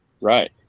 right